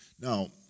Now